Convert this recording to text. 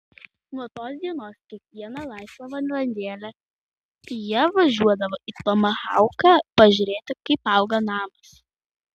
nuo tos dienos kiekvieną laisvą valandėlę jie važiuodavo į tomahauką pažiūrėti kaip auga namas